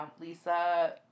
Lisa